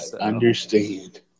understand